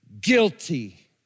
guilty